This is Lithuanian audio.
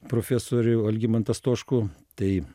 profesorių algimantą stoškų tai